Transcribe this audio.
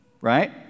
right